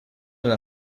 una